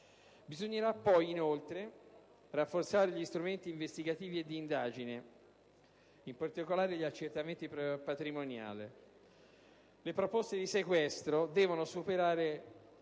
Bisognerà inoltre rafforzare gli strumenti investigativi e di indagine, in particolare gli accertamenti patrimoniali. Le proposte di sequestro devono superare